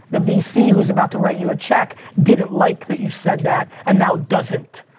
the vc who's about to write you a check, didn't like that you said that and now doesn't.